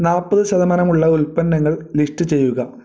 നാൽപ്പത് ശതമാനമുള്ള ഉൽപ്പന്നങ്ങൾ ലിസ്റ്റ് ചെയ്യുക